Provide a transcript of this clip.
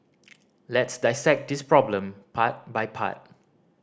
let's dissect this problem part by part